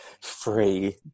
free